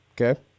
Okay